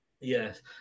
Yes